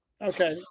Okay